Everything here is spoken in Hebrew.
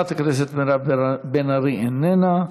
חברת הכנסת מירב בן ארי, איננה.